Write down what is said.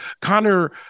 Connor